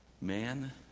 Man